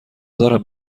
دارم